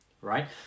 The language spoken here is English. right